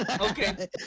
Okay